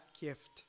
gift